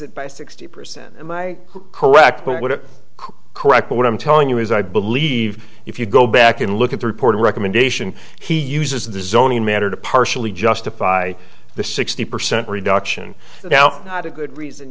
it by sixty percent am i correct what it is correct but what i'm telling you is i believe if you go back and look at the reported recommendation he uses the zoning matter to partially justify the sixty percent reduction now not a good reason